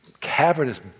cavernous